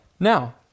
Now